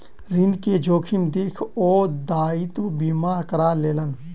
ऋण के जोखिम देख के ओ दायित्व बीमा करा लेलैन